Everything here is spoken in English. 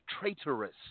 traitorous